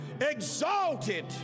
exalted